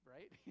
Right